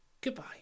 goodbye